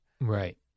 Right